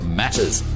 matters